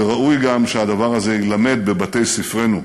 וראוי גם שהדבר הזה יילמד בבתי-ספרנו.